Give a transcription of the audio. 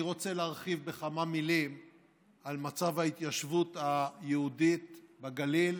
אני רוצה להרחיב בכמה מילים על מצב ההתיישבות היהודית בגליל,